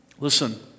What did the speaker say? Listen